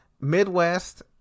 Midwest